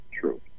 True